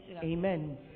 Amen